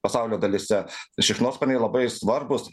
pasaulio dalyse šikšnosparniai labai svarbūs